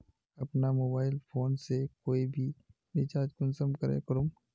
अपना mobile phone से कोई भी रिचार्ज कुंसम करे करूम?